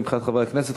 מבחינת חברי הכנסת,